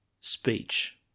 speech